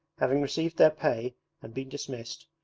having received their pay and been dismissed,